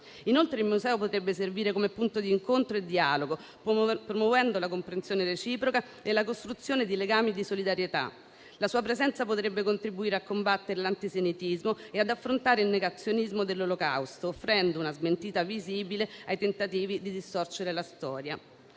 Inoltre, il museo potrebbe servire come punto di incontro e di dialogo, promuovendo la comprensione reciproca e la costruzione di legami di solidarietà. La sua presenza potrebbe contribuire a combattere l'antisemitismo e ad affrontare il negazionismo dell'Olocausto, offrendo una smentita visibile ai tentativi di distorcere la storia.